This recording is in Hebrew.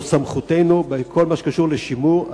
זאת סמכותנו בכל מה שקשור לשימור.